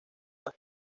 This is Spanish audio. las